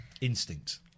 Instinct